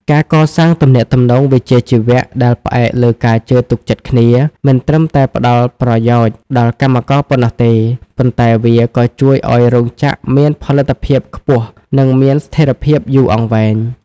ការកសាងទំនាក់ទំនងវិជ្ជាជីវៈដែលផ្អែកលើការជឿទុកចិត្តគ្នា មិនត្រឹមតែផ្តល់ប្រយោជន៍ដល់កម្មករប៉ុណ្ណោះទេ ប៉ុន្តែវាក៏ជួយឱ្យរោងចក្រមានផលិតភាពខ្ពស់ និងមានស្ថិរភាពយូរអង្វែង។